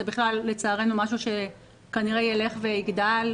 זה בכלל לצערנו משהו שכנראה יילך ויגדל.